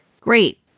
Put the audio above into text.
Great